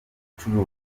ubucuruzi